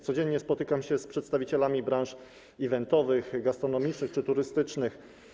Codziennie spotykam się z przedstawicielami branż eventowych, gastronomicznych czy turystycznych.